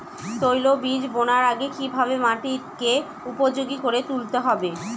তৈলবীজ বোনার আগে কিভাবে মাটিকে উপযোগী করে তুলতে হবে?